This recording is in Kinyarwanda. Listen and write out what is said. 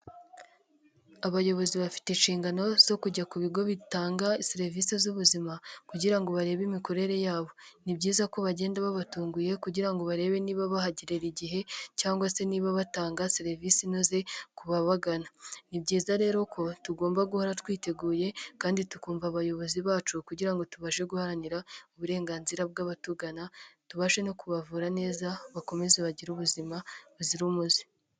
Abayobozi bafite inshingano zo kujya ku bigo bitanga serivisi z'ubuzima kugira ngo barebe imikorere yabo, ni byiza ko bagenda babatunguye kugira ngo barebe niba bahagerera igihe cyangwa se niba batanga serivisi inoze ku babagana, ni byiza rero ko tugomba guhora twiteguye kandi tukumva abayobozi bacu kugira ngo tubashe guharanira uburenganzira bw'abatugana, tubashe no kubavura neza bakomeze bagire ubuzima buzira umuze.